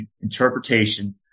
interpretation